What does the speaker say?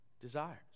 desires